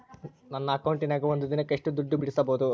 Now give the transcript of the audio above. ನನ್ನ ಅಕೌಂಟಿನ್ಯಾಗ ಒಂದು ದಿನಕ್ಕ ಎಷ್ಟು ದುಡ್ಡು ಬಿಡಿಸಬಹುದು?